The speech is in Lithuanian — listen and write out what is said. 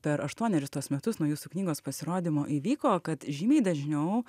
per aštuonerius tuos metus nuo jūsų knygos pasirodymo įvyko kad žymiai dažniau